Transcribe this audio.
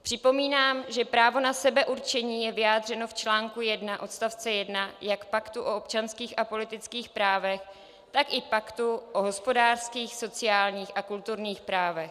Připomínám, že právo na sebeurčení je vyjádřeno v článku 1 odst. 1 jak Paktu o občanských a politických právech, tak i Paktu o hospodářských, sociálních a kulturních právech.